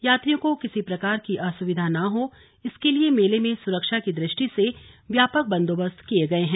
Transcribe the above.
यात्रियों को किसी प्रकार की असुविधा न हो इसके लिये मेले में सुरक्षा की दृष्टि से व्यापक बंदोबस्त किये गये हैं